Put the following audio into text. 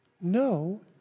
no